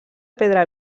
pedra